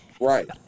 right